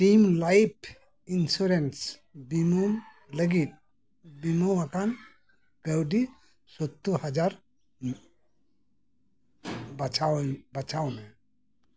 team life insurance ᱵᱤᱢᱟᱹ ᱞᱟᱜᱤᱫ ᱵᱤᱢᱟᱹᱣᱟᱠᱟᱱ ᱠᱟᱣᱰᱤ ᱥᱳᱛᱛᱳᱨ ᱦᱟᱡᱟᱨ ᱵᱟᱪᱷᱟᱣ ᱵᱟᱪᱷᱟᱣ ᱢᱮ